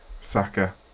Saka